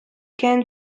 can